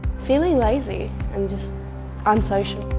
feeling lazy and just unsocial.